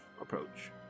approach